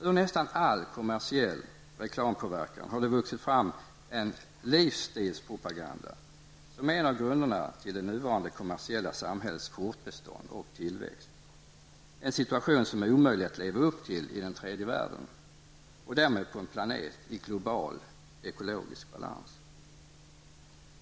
Ur nästan all kommersiell reklampåverkan har det vuxit fram en livsstilspropaganda som är en av grunderna till det nuvarande kommersiella samhällets fortbestånd och tillväxt, en situation som är omöjlig att leva upp till i den tredje världen och därmed på en planet i global ekologisk balans.